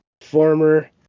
former